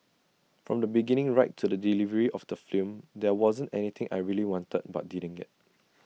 from the beginning right to the delivery of the film there wasn't anything I really wanted but didn't get